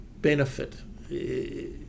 benefit